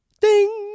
Ding